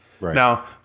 Now